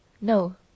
no